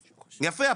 יפה,